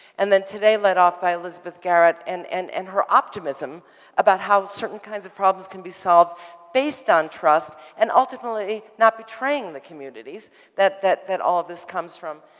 and then today led off by elizabeth garrett and and and her optimism about how certain kinds of problems can be solved based on trust and ultimately not betraying the communities that that all of this comes from.